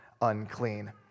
unclean